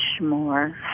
more